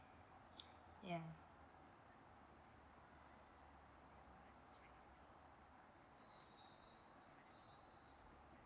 ya